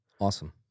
Awesome